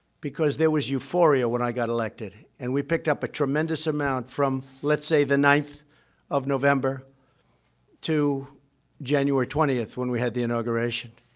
because there was euphoria when i got elected and we picked up a tremendous amount from, let's say, the ninth of november to january twentieth, when we had the inauguration.